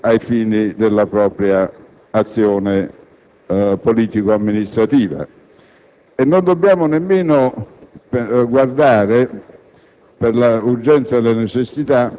nei tempi più brevi ai fini della propria azione politico-amministrativa. Non dobbiamo nemmeno guardare,